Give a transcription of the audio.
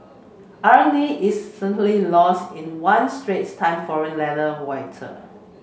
irony is certainly lost on one Straits Time forum letter writer